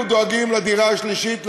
מאלה שכאילו דואגים לדירה השלישית,